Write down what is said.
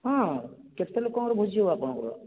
ହଁ କେତେ ଲୋକଙ୍କର ଭୋଜି ହବ ଆପଣଙ୍କର